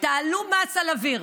תעלו מס על אוויר.